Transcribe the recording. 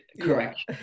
correct